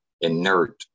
inert